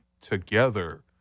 together